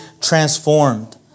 transformed